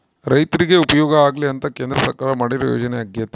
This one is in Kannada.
ರೈರ್ತಿಗೆ ಉಪಯೋಗ ಆಗ್ಲಿ ಅಂತ ಕೇಂದ್ರ ಸರ್ಕಾರ ಮಾಡಿರೊ ಯೋಜನೆ ಅಗ್ಯತೆ